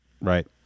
right